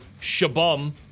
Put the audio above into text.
Shabum